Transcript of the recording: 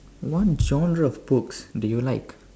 one genre of books that you like